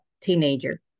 teenager